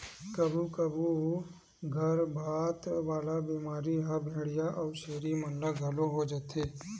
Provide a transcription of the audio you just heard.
कभू कभू गरभपात वाला बेमारी ह भेंड़िया अउ छेरी मन ल घलो हो जाथे